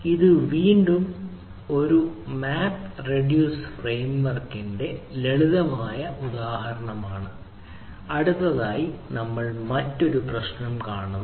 ഇത് വീണ്ടും ഒരു മാപ്പ് റെഡ്യൂസ് ഫ്രെയിംവർക്കിന്റെ ലളിതമായ ഉദാഹരണമാണ് അടുത്തതായി നമ്മൾ മറ്റൊരു പ്രശ്നം കാണുന്നു